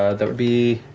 ah that would be